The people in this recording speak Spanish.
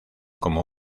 como